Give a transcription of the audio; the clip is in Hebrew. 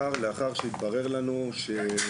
זה קרה לאחר שהתברר לנו שבחלק